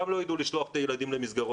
גם לא יוכלו לשלוח את הילדים למסגרות,